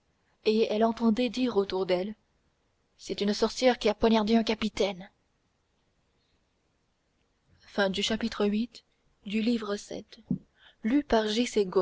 et elle entendait dire autour d'elle c'est une sorcière qui a poignardé un capitaine